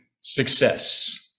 success